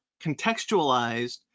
contextualized